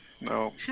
No